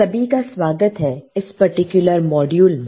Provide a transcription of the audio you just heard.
सभी का स्वागत है इस पार्टीकूलर मॉड्यूल में